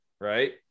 right